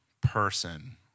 person